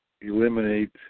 eliminate